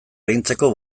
arintzeko